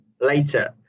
later